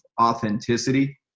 authenticity